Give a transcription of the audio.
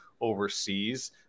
overseas